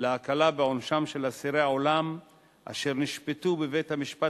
להקלה בעונשם של אסירי עולם אשר נשפטו בבית-המשפט